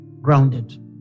grounded